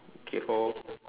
okay lor